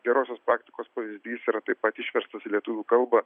gerosios praktikos pavyzdys yra taip pat išverstos į lietuvių kalbą